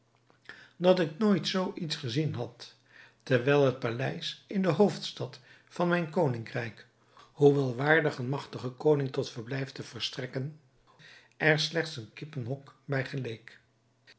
dat ik nooit zoo iets gezien had terwijl het paleis in de hoofdstad van mijn koningrijk hoewel waardig een magtigen koning tot verblijf te verstrekken er slechts een kippenhok bij geleek